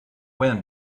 wind